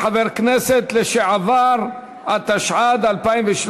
משקה, התשע"ד 2013,